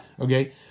okay